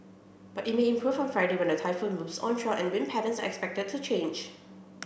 but it may improve on Friday when the typhoon moves onshore and wind patterns are expected to change